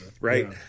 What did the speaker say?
right